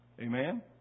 Amen